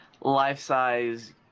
life-size